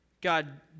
God